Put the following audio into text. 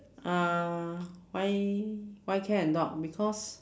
uh why why cat and dog because